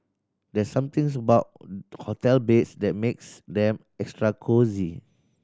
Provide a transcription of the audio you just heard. there's somethings about hotel beds that makes them extra cosy